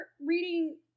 reading